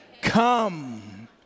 Come